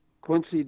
Quincy